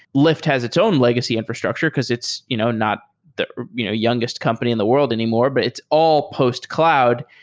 lyft has its own legacy infrastructure because it's you know not the you know youngest company in the world anymore, but it's all post cloud.